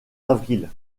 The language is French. avril